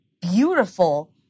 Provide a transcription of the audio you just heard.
beautiful